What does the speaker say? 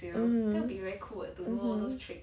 mmhmm mmhmm